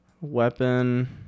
weapon